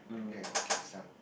maybe I got keep some